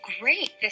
great